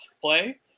play